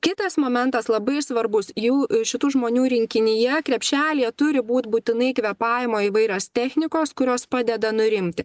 kitas momentas labai svarbus jau šitų žmonių rinkinyje krepšelyje turi būt būtinai kvėpavimo įvairios technikos kurios padeda nurimti